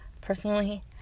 Personally